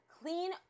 Clean